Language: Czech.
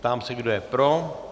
Ptám se, kdo je pro.